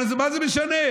אבל מה זה משנה?